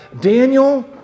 Daniel